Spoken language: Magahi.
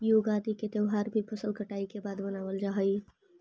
युगादि के त्यौहार भी फसल कटाई के बाद मनावल जा हइ